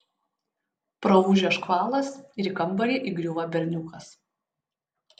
praūžia škvalas ir į kambarį įgriūva berniukas